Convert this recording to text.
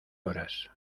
horas